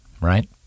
Right